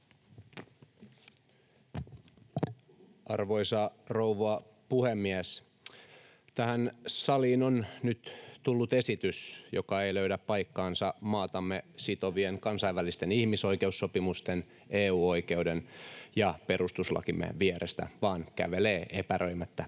Arvoisa rouva puhemies! Tähän saliin on nyt tullut esitys, joka ei löydä paikkaansa maatamme sitovien kansainvälisten ihmisoikeussopimusten, EU-oikeuden ja perustuslakimme vierestä vaan kävelee epäröimättä